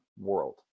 world